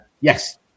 yes